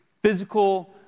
physical